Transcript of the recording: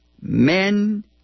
men